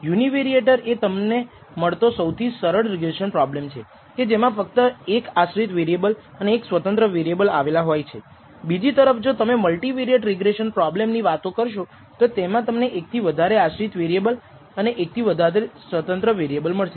univariate એ તમને મળતો સૌથી સરળ રિગ્રેસન પ્રોબ્લેમ છે કે જેમાં ફક્ત 1 આશ્રિત વેરિએબલ અને 1 સ્વતંત્ર વેરિએબલ આવેલા હોય છે બીજી તરફ જો તમે મલ્ટીવેરીયેટ રિગ્રેસન પ્રોબ્લેમ ની વાત કરશો તો તેમાં તમને એકથી વધારે આશ્રિત વેરિએબલ અને એકથી વધારે સ્વતંત્ર વેરિએબલ મળશે